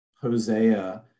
Hosea